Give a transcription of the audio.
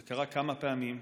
זה קרה כמה פעמים,